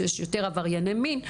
שיש שם יותר עברייני מין,